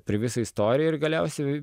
per visą istoriją ir galiausiai